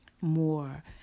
more